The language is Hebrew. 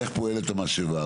איך פועלת המשאבה?